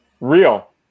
Real